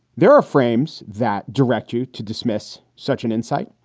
there are frames that direct you to dismiss such an insight.